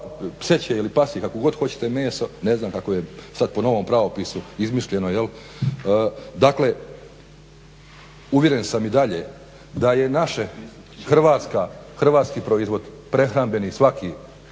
pseće ili pasje meso, ne znam kako je sad po novom pravopisu izmišljeno. Dakle uvjeren sam i dalje da je naš hrvatski proizvod, prehrambeni i svaki